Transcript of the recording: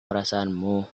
perasaanmu